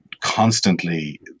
constantly